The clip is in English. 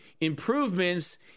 improvements